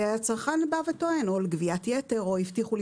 והצרכן טוען או על גביית יתר או שהבטיחו לו